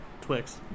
Twix